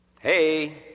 Hey